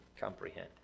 comprehend